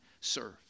serve